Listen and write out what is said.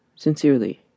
Sincerely